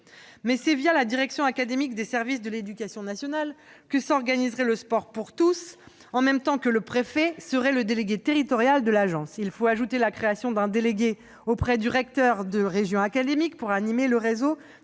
Mais c'est les directions académiques des services de l'éducation nationale que s'organiserait le sport pour tous, en même temps que le préfet serait le délégué territorial de l'Agence. Et il faut ajouter la création d'un délégué auprès du recteur de région académique pour animer le réseau